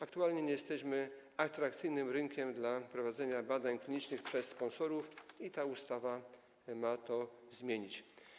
Aktualnie nie jesteśmy atrakcyjnym rynkiem do prowadzenia badań klinicznych przez sponsorów i ta ustawa ma to zmienić.